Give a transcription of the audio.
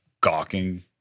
gawking